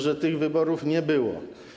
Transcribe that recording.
Że tych wyborów nie było.